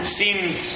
seems